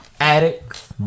Addict